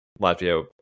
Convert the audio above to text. Latvia